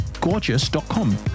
gorgeous.com